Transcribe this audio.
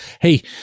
hey